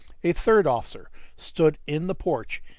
a third officer stood in the porch,